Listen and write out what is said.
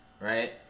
right